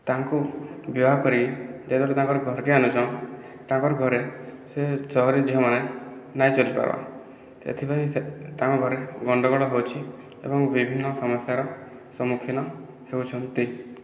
ତାଙ୍କୁ ବିବାହ କରି ଯେତେବେଲେ ତାଙ୍କୁ ଘର୍କେ ଆନୁଛନ୍ ତାଙ୍କର୍ ଘରେ ସେ ସହରୀ ଝିଅମାନେ ନାଇଁ ଚଲିପାରନ୍ ଏଥିପାଇଁ ତାଙ୍କର୍ ଘରେ ଗଣ୍ଡଗୋଳ ହେଉଛି ଏବଂ ବିଭିନ୍ନ ସମସ୍ୟାର ସମ୍ମୁଖୀନ ହେଉଛନ୍ତି